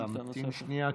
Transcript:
להמתין שנייה.